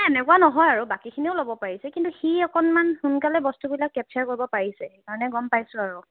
এনেকুৱা নহয় আৰু বাকীখিনিয়েও ল'ব পাৰিছে কিন্তু সি অকণমান সোনকালে বস্তুবিলাক কেপচাৰ কৰিব পাৰিছে সেইকাৰণে গম পাইছোঁ আৰু